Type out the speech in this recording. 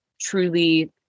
truly